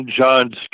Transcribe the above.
John